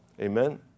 amen